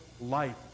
life